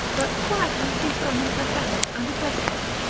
but quietly she summoned her herald and addressed him,